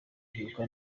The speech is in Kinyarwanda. mbyuka